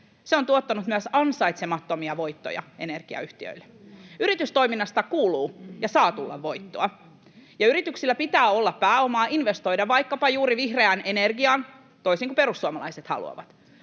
se on tuottanut myös ansaitsemattomia voittoja energiayhtiöille. Yritystoiminnasta kuuluu ja saa tulla voittoa, ja yrityksillä pitää olla pääomaa investoida vaikkapa juuri vihreään energiaan — toisin kuin perussuomalaiset haluavat.